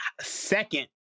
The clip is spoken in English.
second